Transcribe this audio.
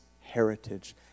heritage